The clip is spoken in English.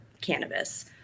cannabis